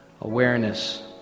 awareness